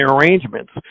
arrangements